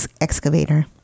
excavator